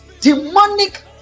demonic